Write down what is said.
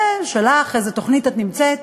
ונשאל, באיזו תוכנית את נמצאת?